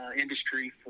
industry